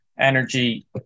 Energy